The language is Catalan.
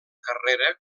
carrera